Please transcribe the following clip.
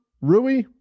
Rui